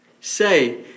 Say